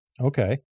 Okay